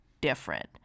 different